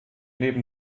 neben